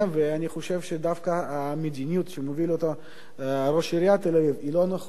ואני חושב שדווקא המדיניות שמוביל ראש עיריית תל-אביב היא לא נכונה,